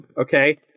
okay